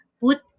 Put